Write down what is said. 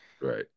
right